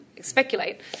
speculate